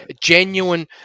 genuine